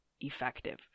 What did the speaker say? effective